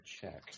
check